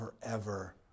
forever